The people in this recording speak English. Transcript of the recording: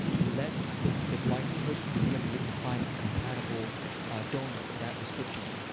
the less the the likelihood we're gonna be able to find a compatible donor for that recipient.